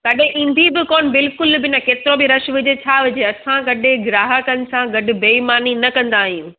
कॾहिं ईंदी बि कोन बिल्कुलु बि न केतिरो बि रश हुजे छा हुजे असां कॾहिं ग्राहकनि सां गॾु बेईमानी न कंदा आहियूं